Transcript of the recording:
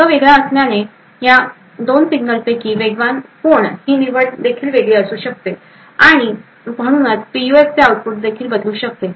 मार्ग वेगळा असल्याने या दोन सिग्नलपैकी वेगवान कोण ही निवड देखील वेगळी असू शकते आणि म्हणूनच पीयूएफचे आउटपुट देखील बदलू शकते